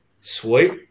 sweet